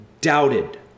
doubted